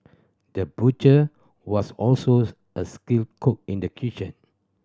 the butcher was also a skilled cook in the kitchen